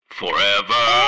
forever